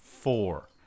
four